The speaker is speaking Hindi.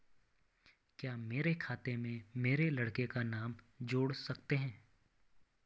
क्या मेरे खाते में मेरे लड़के का नाम जोड़ सकते हैं?